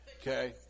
Okay